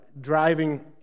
driving